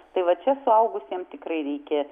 tai vat čia suaugusiem tikrai reikia